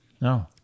No